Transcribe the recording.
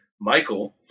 Michael